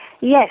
Yes